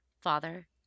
Father